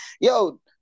Yo